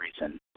reason